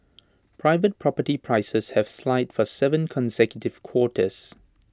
private property prices have slide for Seven consecutive quarters